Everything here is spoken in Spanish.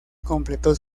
completó